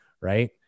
Right